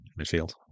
midfield